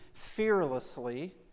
Fearlessly